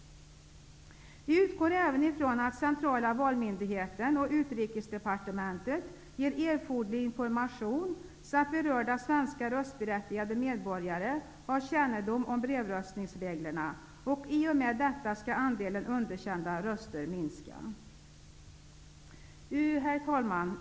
Vi utgår även från att centrala valmyndigheten och Utrikesdepartementet ger erforderlig information, så att berörda svenska röstberättigade medborgare har kännedom om brevröstningsreglerna. I och med detta skall andelen underkända röster minska. Herr talman!